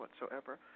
whatsoever